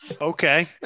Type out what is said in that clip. Okay